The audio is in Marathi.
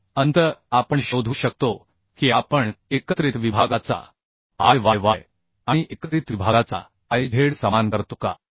तर अंतर आपण शोधू शकतो की आपण एकत्रित विभागाचा I y y आणि एकत्रित विभागाचा I z z समान करतो का